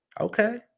Okay